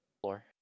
Floor